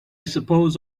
suppose